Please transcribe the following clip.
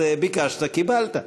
אז ביקשת, קיבלת.